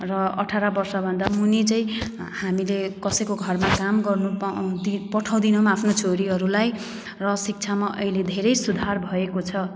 र अठार वर्ष भन्दा मुनि चाहिँ हामीले कसैको घरमा काम गर्नु पा पठाउँदैनौँ आफ्नो छोरीहरूलाई र शिक्षामा अहिले धेरै सुधार भएको छ